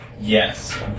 Yes